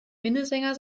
minnesänger